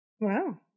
Wow